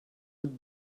would